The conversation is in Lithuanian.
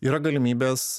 yra galimybės